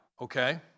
okay